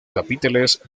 capiteles